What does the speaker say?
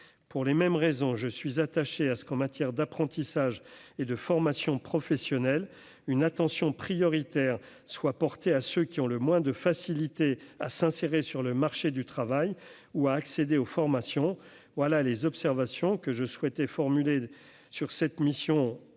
pour les mêmes raisons, je suis attaché à ce qu'en matière d'apprentissage et de formation professionnelle, une attention prioritaire soit porté à ceux qui ont le moins de facilité à s'insérer sur le marché du travail ou à accéder aux formations, voilà les observations que je souhaitais formulées sur cette mission en mon nom et